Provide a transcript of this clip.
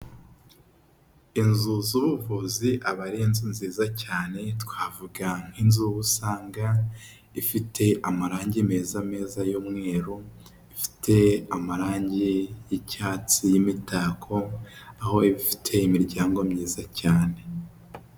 Inzu z'ubuvuzi aba ari inzu nziza cyane, twavuga nk'inzu usanga ifite amarangi meza meza y'umweru, ifite amarangi y'icyatsi y'imitako, aho iba ifite imiryango myiza cyane.